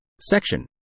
Section